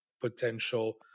potential